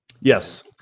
Yes